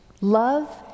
love